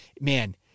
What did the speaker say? man